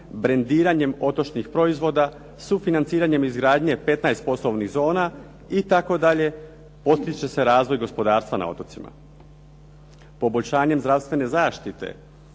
brendiranjem otočnih proizvoda, sufinanciranjem izgradnje 15 poslovnih zona itd., potiče se razvoj gospodarstva na otocima. Poboljšanjem zdravstvene zaštite,